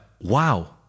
wow